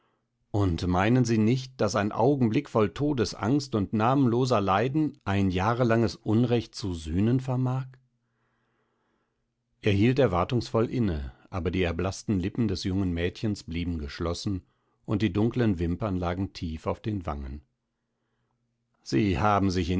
und meinen sie nicht daß ein augenblick voll todesangst und namenloser leiden ein jahrelanges unrecht zu sühnen vermag er hielt erwartungsvoll inne aber die erblaßten lippen des jungen mädchens blieben geschlossen und ihre dunklen wimpern lagen tief auf den wangen sie haben sich